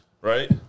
Right